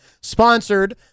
sponsored